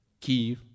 key